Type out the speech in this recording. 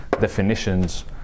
definitions